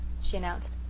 she announced.